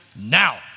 now